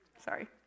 Sorry